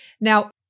Now